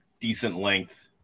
decent-length